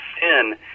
sin